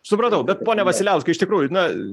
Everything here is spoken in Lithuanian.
supratau bet pone vasiliauskai iš tikrųjų na